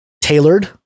tailored